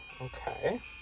okay